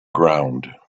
ground